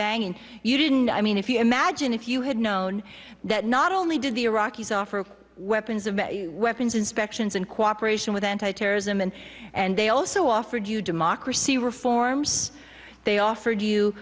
bang you didn't i mean if you imagine if you had known that not only did the iraqis offer weapons of weapons inspections in cooperation with anti terrorism and and they also offered you democracy reforms they offered you